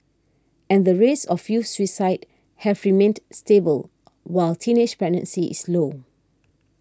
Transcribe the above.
and the rates of youth suicide have remained stable while teenage pregnancy is low